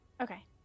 Okay